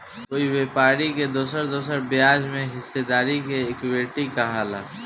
कोई व्यापारी के दोसर दोसर ब्याज में हिस्सेदारी के इक्विटी कहाला